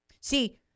See